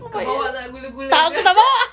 kau bawa tak gula-gula